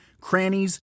crannies